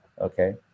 okay